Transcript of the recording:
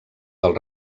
del